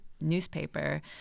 newspaper